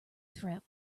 threat